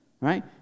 right